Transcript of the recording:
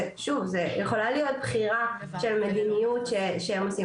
זו יכולה להיות בחירה של מדיניות שהן עושות,